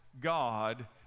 God